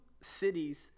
cities